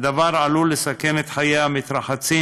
והדבר עלול לסכן את חיי המתרחצים,